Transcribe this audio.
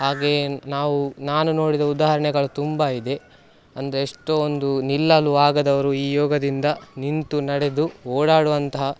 ಹಾಗೆಯೆ ನಾವು ನಾನು ನೋಡಿದ ಉದಾಹರಣೆಗಳು ತುಂಬ ಇದೆ ಅಂದರೆ ಎಷ್ಟೋ ಒಂದು ನಿಲ್ಲಲು ಆಗದವರು ಈ ಯೋಗದಿಂದ ನಿಂತು ನಡೆದು ಓಡಾಡುವಂತಹ